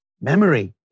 memory